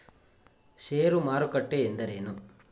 ಷೇರು ಮಾರುಕಟ್ಟೆ ಎಂದರೇನು?